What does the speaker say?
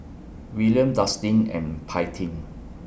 William Dustin and Paityn